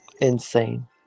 Insane